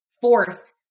force